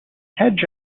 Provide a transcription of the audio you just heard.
hedge